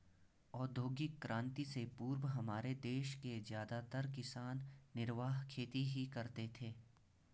औद्योगिक क्रांति से पूर्व हमारे देश के ज्यादातर किसान निर्वाह खेती ही करते थे